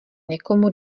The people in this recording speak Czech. někomu